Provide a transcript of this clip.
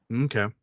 okay